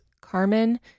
Carmen